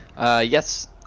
Yes